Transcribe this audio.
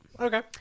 Okay